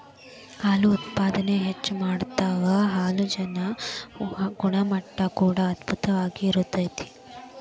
ಹಾಲು ಉತ್ಪಾದನೆ ಹೆಚ್ಚ ಮಾಡತಾವ ಹಾಲಜನ ಗುಣಮಟ್ಟಾ ಕೂಡಾ ಅಧ್ಬುತವಾಗಿ ಇರತತಿ